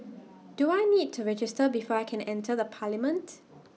do I need to register before I can enter the parliament